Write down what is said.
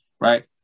right